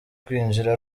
kwinjira